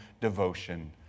devotion